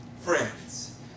friends